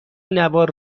نوار